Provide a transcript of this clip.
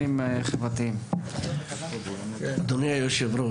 אדוני היושב,